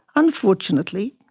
unfortunately,